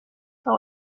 but